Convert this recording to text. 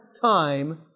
time